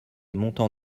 montant